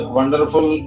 wonderful